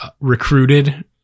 recruited